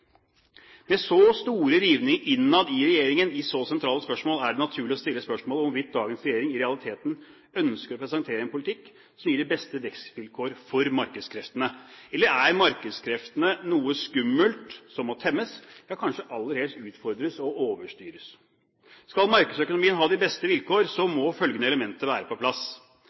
Med så store rivninger innad i regjeringen i så sentrale spørsmål er det naturlig å stille spørsmålet om hvorvidt dagens regjering i realiteten ønsker å presentere en politikk som gir de beste vekstvilkår for markedskreftene, eller om markedskreftene er noe skummelt som må temmes, ja kanskje aller helst utfordres og overstyres. Skal markedsøkonomien ha de beste vilkår, må følgende elementer være på plass: